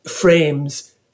frames